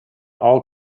all